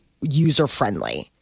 user-friendly